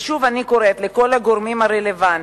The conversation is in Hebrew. ושוב אני קוראת לכל הגורמים הרלוונטיים,